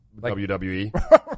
WWE